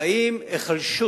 האם היחלשות